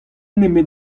nemet